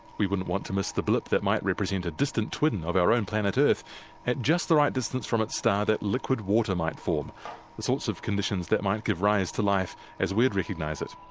we wouldn't want to miss the blip that might represent a distant twin of our own planet earth at just the right distance from its star that liquid water might from, the sorts of conditions that might give rise to life as we'd recognise it.